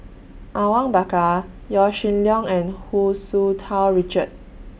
Awang Bakar Yaw Shin Leong and Hu Tsu Tau Richard